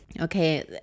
okay